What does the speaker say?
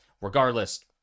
Regardless